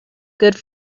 good